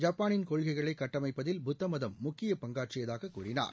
ஜப்பாளின் கொள்கைகளை கட்டமைப்பதில் புத்த மதம் முக்கிய பங்காற்றியதாக கூறினார்